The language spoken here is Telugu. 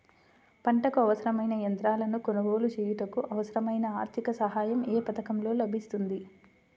పంటకు అవసరమైన యంత్రాలను కొనగోలు చేయుటకు, అవసరమైన ఆర్థిక సాయం యే పథకంలో లభిస్తుంది?